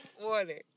water